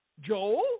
Joel